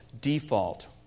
default